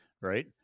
right